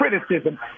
criticism